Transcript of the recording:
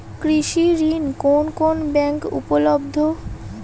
কৃষি ঋণ কোন কোন ব্যাংকে উপলব্ধ?